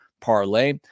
parlay